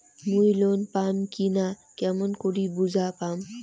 মুই লোন পাম কি না কেমন করি বুঝা পাম?